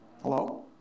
Hello